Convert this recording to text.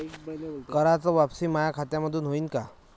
कराच वापसी माया खात्यामंधून होईन का?